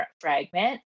fragment